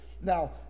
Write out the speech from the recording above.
Now